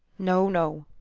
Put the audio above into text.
no, no,